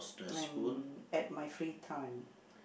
and at my free time